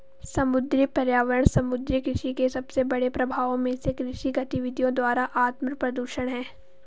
समुद्री पर्यावरण समुद्री कृषि के सबसे बड़े प्रभावों में से कृषि गतिविधियों द्वारा आत्मप्रदूषण है